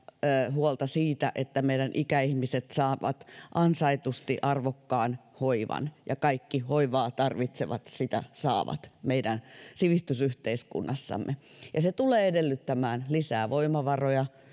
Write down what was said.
huolta siitä että meidän ikäihmiset saavat ansaitusti arvokkaan hoivan ja kaikki hoivaa tarvitsevat sitä saavat meidän sivistysyhteiskunnassamme se tulee edellyttämään lisää voimavaroja